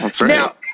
Now